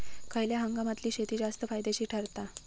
खयल्या हंगामातली शेती जास्त फायद्याची ठरता?